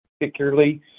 particularly